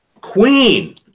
queen